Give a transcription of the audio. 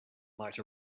might